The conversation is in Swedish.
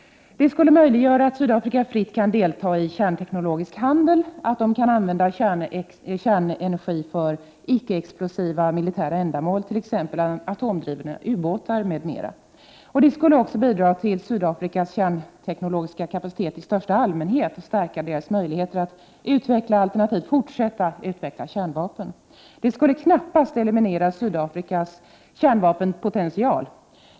Det skulle möjliggöra att Sydafrika fritt kan delta i kärnteknologisk handel, att man kan använda kärnenergi för icke explosiva militära ändamål, t.ex. atomdrivna ubåtar m.m. Detta skulle också bidra till Sydafrikas kärnteknologiska kapacitet i största allmänhet och stärka dess möjligheter att utveckla alternativ och fortsätta att utveckla kärnvapen, vilket knappast skulle eliminera Sydafrikas kärnvapenpotential.